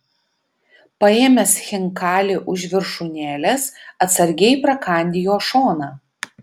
paėmęs chinkalį už viršūnėlės atsargiai prakandi jo šoną